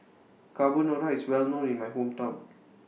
Carbonara IS Well known in My Hometown